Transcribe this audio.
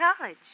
college